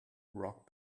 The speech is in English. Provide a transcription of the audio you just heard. rock